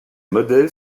modèles